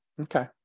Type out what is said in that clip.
okay